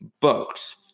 books